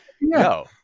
no